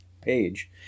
page